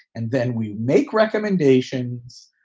and then we make recommendations.